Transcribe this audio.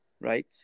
Right